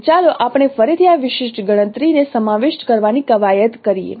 તેથી ચાલો આપણે ફરીથી આ વિશિષ્ટ ગણતરીને સમાવિષ્ટ કરવાની કવાયત કરીએ